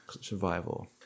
Survival